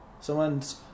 someone's